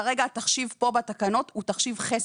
כרגע התחשיב כאן בתקנות הוא תחשיב חסר.